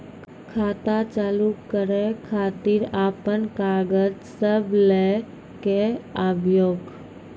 खाता चालू करै खातिर आपन कागज सब लै कऽ आबयोक?